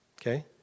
Okay